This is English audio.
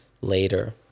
later